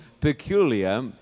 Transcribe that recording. peculiar